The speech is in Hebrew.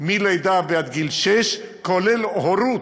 מלידה עד גיל שש, כולל הורות.